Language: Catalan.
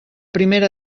primera